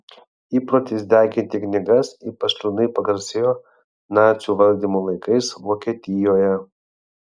įprotis deginti knygas ypač liūdnai pagarsėjo nacių valdymo laikais vokietijoje